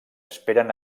esperen